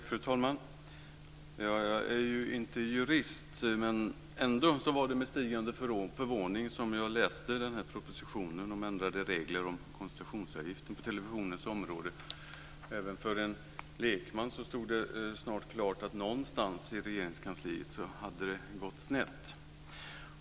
Fru talman! Jag är inte jurist, men det var ändå som jag med stigande förvåning läste denna proposition om ändrade regler om koncessionsavgift på televisionens område. Även för en lekman stod det snart klart att det hade gått snett någonstans i Regeringskansliet.